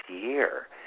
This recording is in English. year